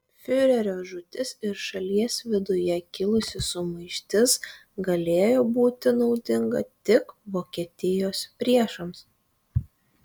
fiurerio žūtis ir šalies viduje kilusi sumaištis galėjo būti naudinga tik vokietijos priešams